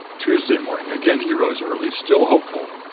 tuesday morning again he rose early, still hopeful.